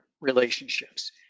relationships